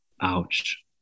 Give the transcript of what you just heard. Ouch